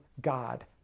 God